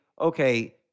okay